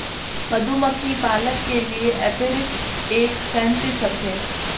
मधुमक्खी पालक के लिए एपीरिस्ट एक फैंसी शब्द है